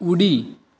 उडी